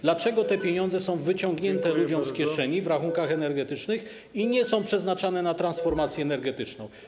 Dlaczego te pieniądze, wyciągnięte ludziom z kieszeni w rachunkach energetycznych, nie są przeznaczane na transformację energetyczną?